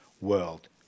world